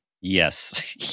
Yes